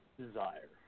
Desire